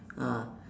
ah